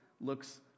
looks